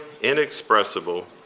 inexpressible